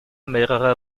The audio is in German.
mehrerer